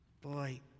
boy